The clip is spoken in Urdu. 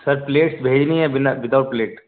سر پلیٹس بھیجنی ہے بنا وداؤٹ پلیٹ